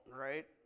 right